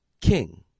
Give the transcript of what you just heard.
King